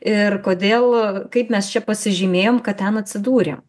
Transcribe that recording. ir kodėl kaip mes čia pasižymėjom kad ten atsidūrėm